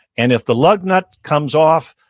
and if the lug nut comes off,